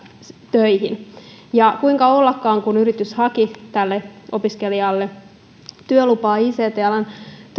töihin ja kuinka ollakaan kun yritys haki tälle opiskelijalle työlupaa ict alan